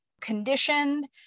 conditioned